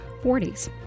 40s